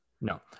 no